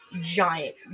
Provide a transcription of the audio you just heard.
giant